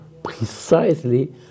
precisely